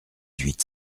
huit